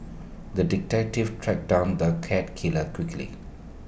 the detective tracked down the cat killer quickly